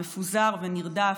מפוזר ונרדף,